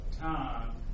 time